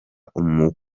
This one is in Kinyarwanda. umurozi